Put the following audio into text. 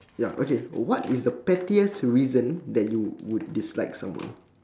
ya okay what is the pettiest reason you would dislike someone